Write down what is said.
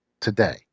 today